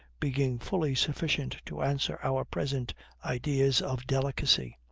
being fully sufficient to answer our present ideas of delicacy.